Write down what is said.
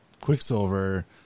Quicksilver